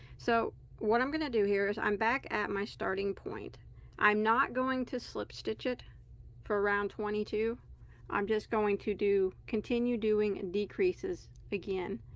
so what i'm gonna do here is i'm back at my starting point i'm not going to slip stitch it for round twenty two i'm just going to do continue doing the and decreases again.